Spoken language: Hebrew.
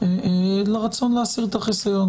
לרצון להסיר את החיסיון.